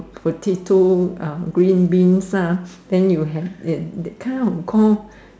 potato green beans lah then you have that kind of call